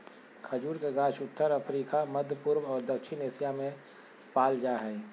खजूर के गाछ उत्तर अफ्रिका, मध्यपूर्व और दक्षिण एशिया में पाल जा हइ